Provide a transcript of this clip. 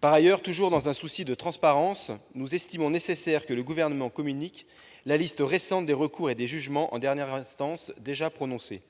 Par ailleurs, toujours dans un souci de transparence, nous estimons nécessaire que le Gouvernement communique la liste récente des recours et des jugements en dernière instance déjà prononcés. Il me semble